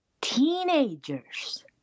Teenagers